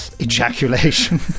ejaculation